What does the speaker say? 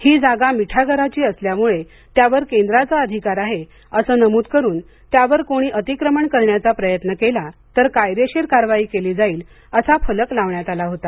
ही जागा मिठागराची असल्यामुळे त्यावर केंद्राचा अधिकार आहे असं नमूद करून त्यावर कोणी अतिक्रमण करण्याचा प्रयत्न केला तर कायदेशीर कारवाई केली जाईल असा फलक लावण्यात आला होता